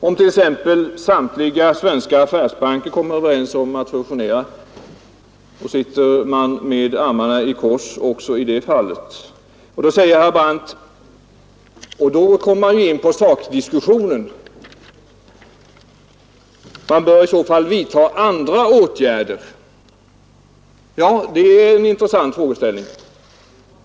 Om t.ex. samtliga svenska affärsbanker kommer överens om att fusionera, sitter man med armarna i kors också i det fallet? Herr Brandt säger — och då kommer vi in på sakdiskussionen — att man i så fall bör vidta andra åtgärder. Det är en intressant fråga.